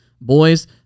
boys